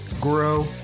grow